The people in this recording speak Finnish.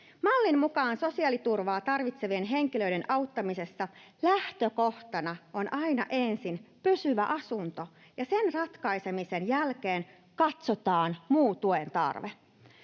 Mallin mukaan sosiaaliturvaa tarvitsevien henkilöiden auttamisessa lähtökohtana on aina ensin pysyvä asunto ja sen ratkaisemisen jälkeen katsotaan muu tuen tarve.